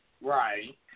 Right